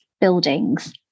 buildings